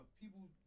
people